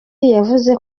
yavuze